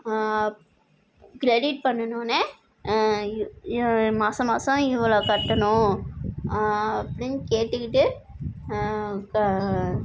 credit பண்ணினோனே மாத மாதம் இவ்வளோ கட்டணும் அப்படின்னு கேட்டுக்கிட்டு இப்போ